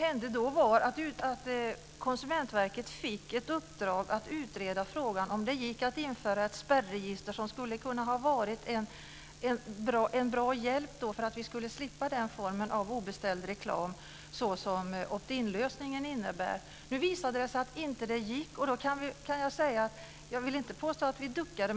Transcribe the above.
Fru talman! Konsumentverket fick ett uppdrag att utreda om det gick att införa ett spärregister som skulle ha kunnat vara en bra hjälp för att vi skulle slippa den formen av obeställd reklam, såsom opt inlösningen innebär. Nu visade det sig att det inte gick. Jag vill inte påstå att vi duckade.